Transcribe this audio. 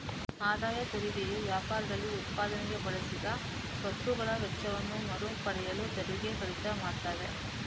ಆದಾಯ ತೆರಿಗೆಯು ವ್ಯಾಪಾರದಲ್ಲಿ ಉತ್ಪಾದನೆಗೆ ಬಳಸಿದ ಸ್ವತ್ತುಗಳ ವೆಚ್ಚವನ್ನ ಮರು ಪಡೆಯಲು ತೆರಿಗೆ ಕಡಿತ ಮಾಡ್ತವೆ